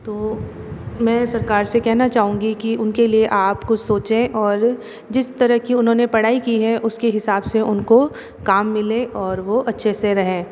तो मैं सरकार से कहना चाहूँगी कि उनके लिए आप कुछ सोचें और जिस तरह की उन्होंने पढ़ाई की है उसके हिसाब से उनको काम मिले और वो अच्छे से रहें